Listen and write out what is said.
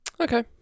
Okay